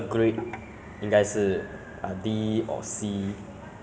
err 我是希望可以进入 uh cyber security